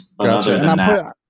Gotcha